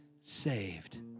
saved